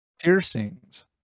Piercings